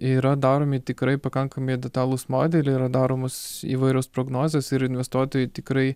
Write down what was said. yra daromi tikrai pakankamai detalūs modeliai yra daromos įvairios prognozės ir investuotojai tikrai